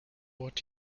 would